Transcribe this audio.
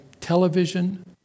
television